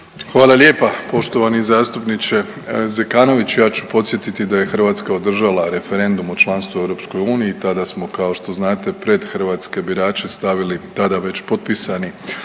Hvala lijepa. Poštovani zastupniče Zekanović ja ću podsjetiti da je Hrvatska održala referendum o članstvu u EU i tada smo kao što znate pred hrvatske birače stavili tada već potpisani